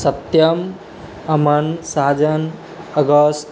Satyam Aman Sajan August